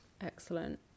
excellent